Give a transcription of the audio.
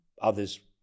Others